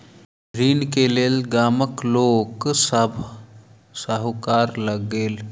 ऋण के लेल गामक लोक सभ साहूकार लग गेल